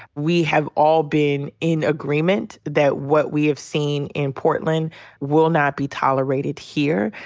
we have all been in agreement that what we have seen in portland will not be tolerated here.